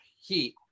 heat